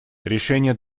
решения